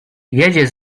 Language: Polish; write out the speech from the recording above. jedzie